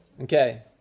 Okay